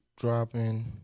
dropping